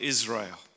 Israel